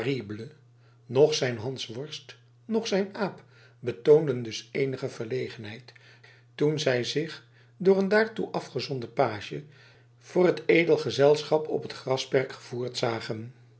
noch zijn hansworst noch zijn aap betoonden dus eenige verlegenheid toen zij zich door een daartoe afgezonden page voor het edel gezelschap op het grasperk gevoerd zagen